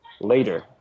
later